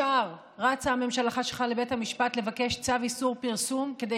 ישר רצה הממשלה שלך לבית המשפט לבקש צו איסור פרסום כדי